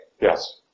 Yes